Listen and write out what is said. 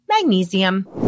magnesium